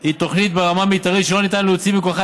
היא תוכנית ברמה מתארית שלא ניתן להוציא מכוחה